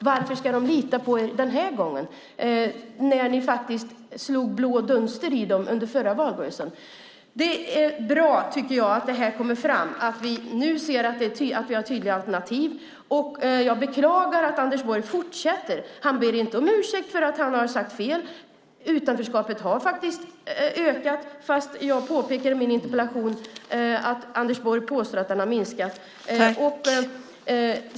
Varför ska väljarna lita på er den här gången när ni faktiskt slog blå dunster i dem under förra valrörelsen? Det är bra, tycker jag, att det här kommer fram så att vi nu ser att vi har tydliga alternativ. Jag beklagar att Anders Borg fortsätter. Han ber inte om ursäkt för att han har sagt fel. Utanförskapet har faktiskt ökat fast, som jag påpekade i min interpellation, Anders Borg påstår att den har minskat.